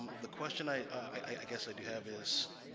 the question i i guess i do have is